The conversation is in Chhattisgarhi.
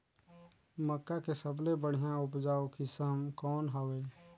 मक्का के सबले बढ़िया उपजाऊ किसम कौन हवय?